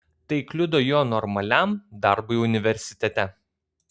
tai kliudo jo normaliam darbui universitete